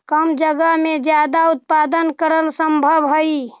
कम जगह में ज्यादा उत्पादन करल सम्भव हई